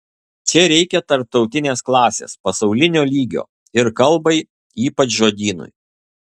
čia reikia tarptautinės klasės pasaulinio lygio ir kalbai ypač žodynui